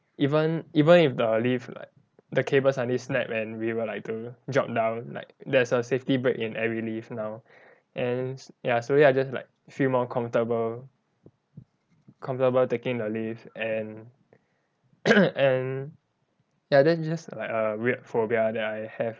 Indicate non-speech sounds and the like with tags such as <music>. even even if the lift like the cable suddenly snap and we were like to drop down like there's a safety brake in every lift now and ya so ya I just like feel more comfortable comfortable taking the lift and <coughs> and ya that is just like a weird phobia that I have